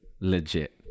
legit